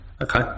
Okay